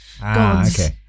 gods